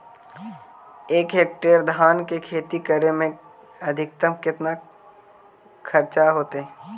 एक हेक्टेयर धान के खेती करे में अधिकतम केतना खर्चा होतइ?